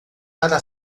para